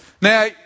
Now